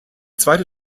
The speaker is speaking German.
zweite